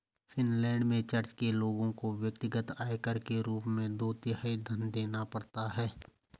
Finland में church के लोगों को व्यक्तिगत आयकर के रूप में दो तिहाई धन देना पड़ता है